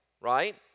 right